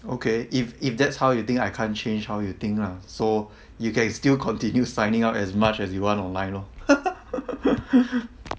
okay if if that's how you think I can't change how you think lah so you can still continue signing up as much as you want online lor